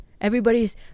Everybody's